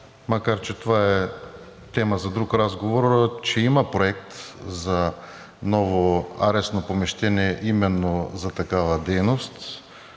макар че това е тема за друг разговор, има проект за ново арестно помещение именно за такава дейност.